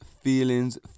feelings